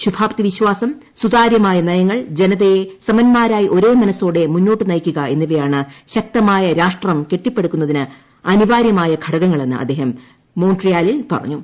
ശൂഭാപ്തി വിശ്വാസം സുതാര്യമായ നയങ്ങൾ ജനതയെ സമൻമാരായി ഒരേ മനസ്സോടെ മുന്നോട്ട് നയിക്കുക എന്നിവയാണ് ശക്തമായ രാഷ്ട്രം കെട്ടിപ്പടുക്കുന്നതിന് അനിവാരൃമായ ഘടകങ്ങളെന്ന് അദ്ദേഹം മോൺട്രിയാലിൽ പറഞ്ഞു